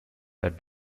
that